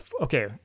okay